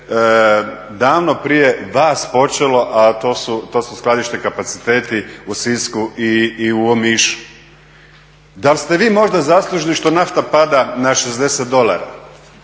Dal ste vi možda zaslužni što nafta pada na 60 dolara,